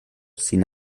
sin